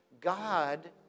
God